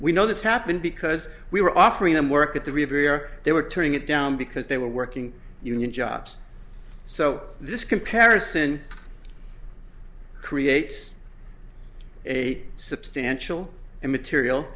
we know this happened because we were offering them work at the review where they were turning it down because they were working union jobs so this comparison creates a substantial immaterial